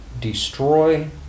destroy